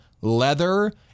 leather